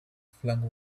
flung